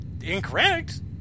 incorrect